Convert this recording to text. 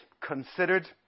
considered